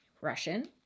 Russian